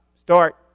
start